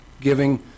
giving